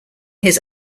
his